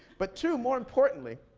but two, more importantly,